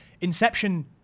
Inception